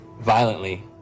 violently